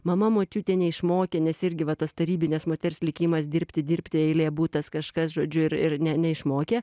mama močiutė neišmokė nes irgi va tas tarybinės moters likimas dirbti dirbti eilė butas kažkas žodžiu ir ir ne neišmokė